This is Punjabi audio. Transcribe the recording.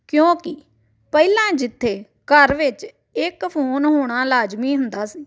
ਕਿਉਂਕੀ ਪਹਿਲਾਂ ਜਿੱਥੇ ਘਰ ਵਿੱਚ ਇੱਕ ਫੋਨ ਹੋਣਾ ਲਾਜ਼ਮੀ ਹੁੰਦਾ ਸੀ